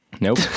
nope